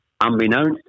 unbeknownst